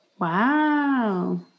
Wow